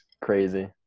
crazy